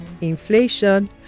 inflation